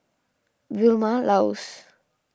Vilma Laus